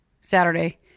Saturday